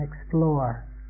explore